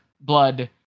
blood